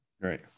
right